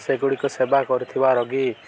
ସେଗୁଡ଼ିକ ସେବା କରିିବ ରୋଗୀ